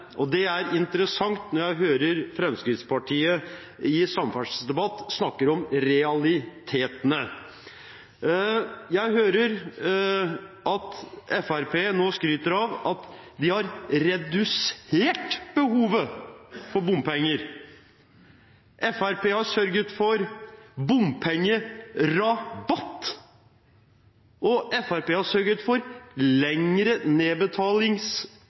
realitetene. Det er interessant når jeg hører Fremskrittspartiet i samferdselsdebatt snakke om realitetene. Jeg hører at Fremskrittspartiet nå skryter av at de har redusert behovet for bompenger. Fremskrittspartiet har sørget for bompengerabatt. Fremskrittspartiet har sørget for lengre nedbetalingstid.